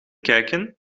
kijken